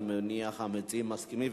אני מניח שהמציעים מסכימים,